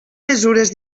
mesures